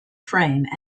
frame